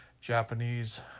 Japanese